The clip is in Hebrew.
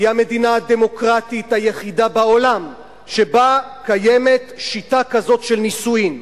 היא המדינה הדמוקרטית היחידה בעולם שבה קיימת שיטה כזאת של נישואין.